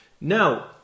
Now